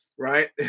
right